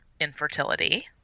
infertility